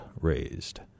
raised